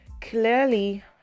Clearly